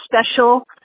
special